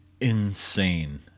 insane